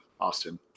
Austin